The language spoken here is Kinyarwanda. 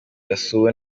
yasuwe